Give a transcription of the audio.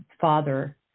father